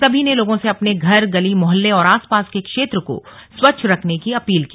सभी ने लोगों से अपने घर गली मोहल्ले और आसपास के क्षेत्र को स्वच्छ रखने की अपील की